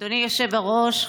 אדני היושב-ראש,